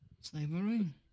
Slavery